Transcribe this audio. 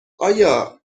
آیا